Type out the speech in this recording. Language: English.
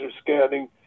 scanning